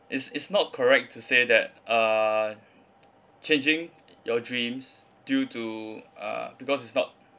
is is not correct to say that uh changing your dreams due to uh because it's not